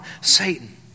Satan